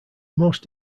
most